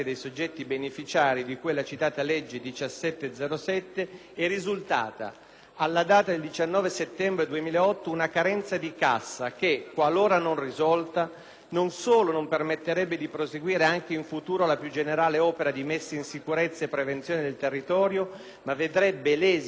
alla data del 19 settembre 2008, una carenza di cassa che, qualora non risolta, non solo non permetterebbe di proseguire anche in futuro la giù generale opera di messa in sicurezza e prevenzione nel territorio, ma vedrebbe lesi i diritti dei soggetti che hanno aderito nei primi due anni di attuazione alla legge citata.